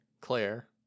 Claire